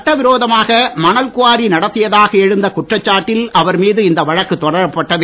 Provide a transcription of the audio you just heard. சட்டவிரோதமாக மணல் குவாரி நடத்தியதாக எழுந்த குற்றச்சாட்டில் அவர் மீது இந்த வழக்கு தொடரப்பட்டது